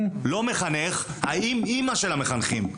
לא מחנך, האם-אמא של המחנכים.